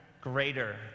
greater